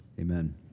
Amen